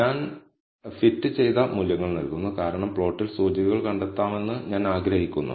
ഞാൻ ഫിറ്റ് ചെയ്ത മൂല്യങ്ങൾ നൽകുന്നു കാരണം പ്ലോട്ടിൽ സൂചികകൾ കണ്ടെത്തണമെന്ന് ഞാൻ ആഗ്രഹിക്കുന്നു